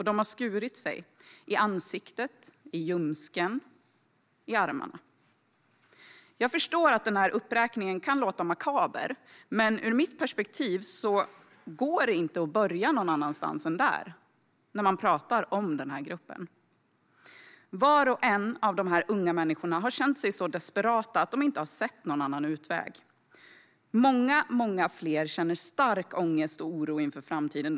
De har skurit sig i ansiktet, i ljumsken, i armarna. Jag förstår att denna uppräkning kan låta makaber, men ur mitt perspektiv går det inte att börja någon annanstans när vi talar om denna grupp. Var och en av dessa unga människor har känt sig så desperat att de inte har sett någon annan utväg. Många fler känner stark ångest och oro inför framtiden.